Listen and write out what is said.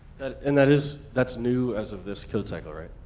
and that is, that's new as of this code cycle, right?